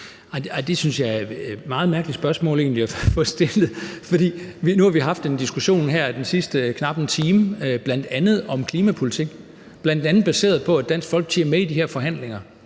er et meget mærkeligt spørgsmål at få stillet. Nu har vi haft en diskussion her den sidste knap en time, bl.a. om klimapolitik, bl.a. baseret på, at Dansk Folkeparti er med i de her forhandlinger